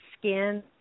skin